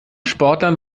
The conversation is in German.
sportlern